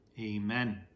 Amen